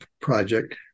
project